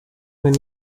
bin